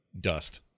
dust